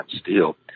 Steel